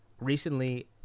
recently